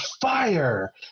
Fire